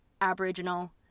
Aboriginal